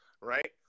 right